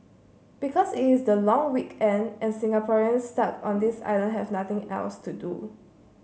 because it is the long weekend and Singaporeans stuck on this island have nothing else to do